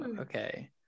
okay